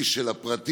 איש של הפרטים,